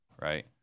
right